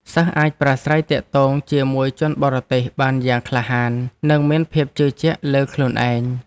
សិស្សអាចប្រាស្រ័យទាក់ទងជាមួយជនបរទេសបានយ៉ាងក្លាហាននិងមានភាពជឿជាក់លើខ្លួនឯង។